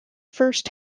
first